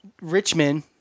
Richmond